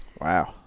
Wow